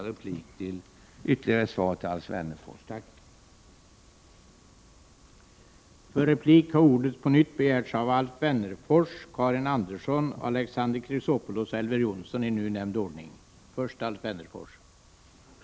Herr talman! Jag ber att få återkomma med ytterligare synpunkter till Alf Wennerfors i min nästa replik.